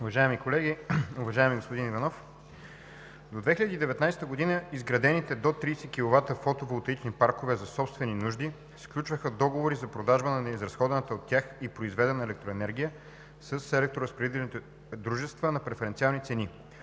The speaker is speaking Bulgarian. Уважаеми колеги, уважаеми господин Иванов! До 2019 г. изградените до 30 киловата фотоволтаични паркове за собствени нужди сключваха договори за продажба на произведената и неизразходвана от тях електроенергия с електроразпределителните дружества на преференциални цени,